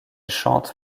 chante